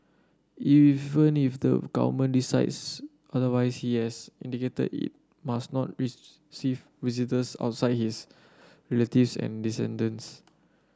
even if the government decides otherwise he has indicated it must not receive visitors outside his relatives and descendants